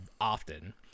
often